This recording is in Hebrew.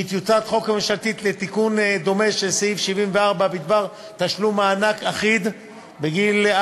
כי טיוטת חוק ממשלתית לתיקון דומה של סעיף 74 בדבר תשלום מענק אחיד עד